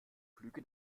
flüge